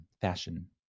fashion